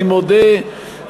אני מודה,